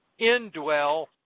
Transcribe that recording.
indwell